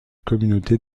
communauté